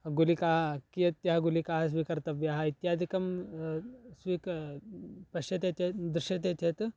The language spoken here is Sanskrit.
गुलिकाः कियत्यः गुलिकाः स्वीकर्तव्याः इत्यादिकं स्वीक पश्यति चेत् दृश्यते चेत्